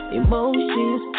emotions